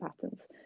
patterns